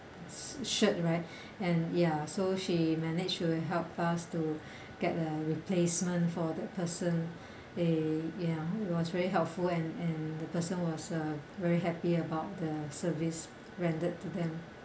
shirt right and ya so she manage to help us to get a replacement for that person eh ya it was very helpful and and the person was uh very happy about the service rendered to them